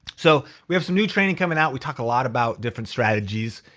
so we have some new training coming out. we talk a lot about different strategies.